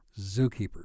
Zookeeper